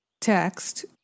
text